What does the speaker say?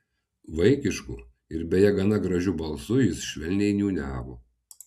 vaikišku ir beje gana gražiu balsu jis švelniai niūniavo